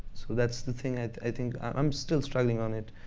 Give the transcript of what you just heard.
so that's the thing i think i'm still struggling on it.